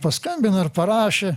paskambino ir parašė